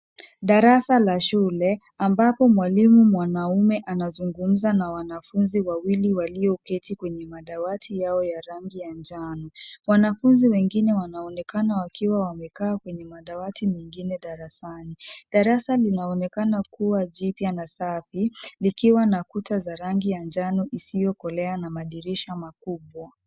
Darasa la shule, ambapo mwalimu mwanaume anazungumza na wanafunzi wawili walioketi kwenye madawati yao ya rangi ya njano. Wanafunzi wengine wanaonekana wakiwa wamekaa kwenye madawati mengine darasani. Darasa linaonekana kuwa jipya na safi likiwa na kuta za rangi ya njano isiyokolea na madirisha makubwa.